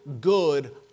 good